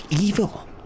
evil